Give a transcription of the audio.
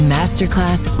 Masterclass